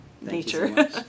nature